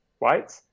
right